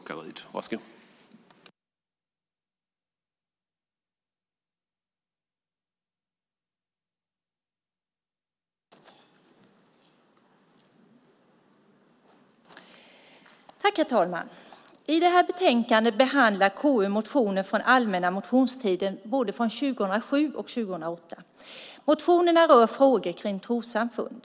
Herr talman! I detta betänkande behandlar KU motioner från allmänna motionstiden från både 2007 och 2008. Motionerna rör frågor kring trossamfund.